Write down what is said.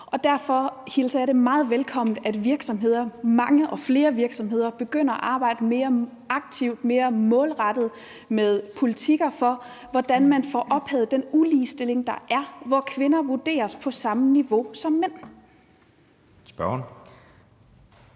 Derfor hilser jeg det meget velkommen, at virksomheder – mange og flere virksomheder – begynder at arbejde mere aktivt, mere målrettet med politikker for, hvordan man får ophævet den uligestilling, der er, så kvinder vurderes på samme niveau som mænd.